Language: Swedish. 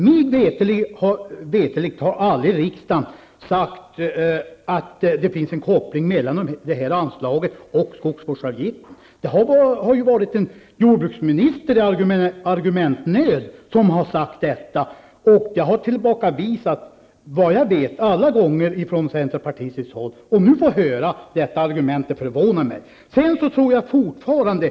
Mig veterligt har riksdagen aldrig sagt att det finns en koppling mellan det anslaget och skogsvårdsavgiften. Det är en jordbruksminister i argumentnöd som har påstått det, och det har enligt vad jag vet alltid tidigare tillbakavisats från centerpartistiskt håll. Att nu få höra detta argument från först jordbruksministern och nu senast från arbetsmarknadsministern förvånar mig.